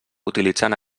utilitzant